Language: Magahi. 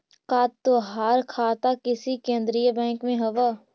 का तोहार खाता किसी केन्द्रीय बैंक में हव